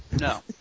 No